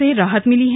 से राहत मिली है